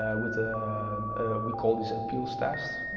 ah with ah we call these appeals tests,